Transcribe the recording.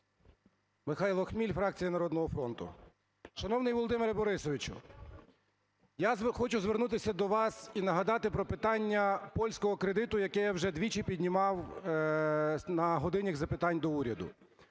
Михайло Хміль, фракція "Народного фронту". Шановний Володимире Борисовичу, я хочу звернутися до вас і нагадати про питання польського кредиту, яке я вже двічі піднімав на годинах запитань до уряду.